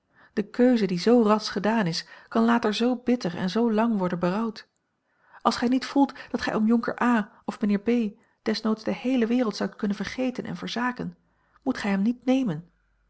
de keuze die zoo ras gedaan is kan later zoo bitter en zoo lang worden berouwd als gij niet voelt dat gij om jonker a of mijnheer b desnoods de heele wereld zoudt kunnen vergeten en verzaken moet gij hem niet nemen